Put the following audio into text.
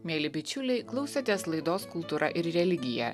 mieli bičiuliai klausėtės laidos kultūra ir religija